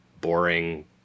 boring